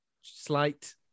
slight